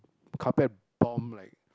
carpet bomb like